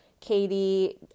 Katie